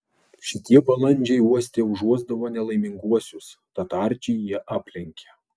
šitie balandžiai uoste užuosdavo nelaiminguosius tad arčį jie aplenkė